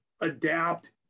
adapt